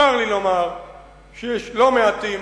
צר לי לומר שיש לא מעטים